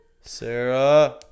Sarah